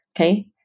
Okay